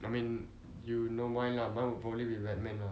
I mean you know mine lah mine would probably be batman lah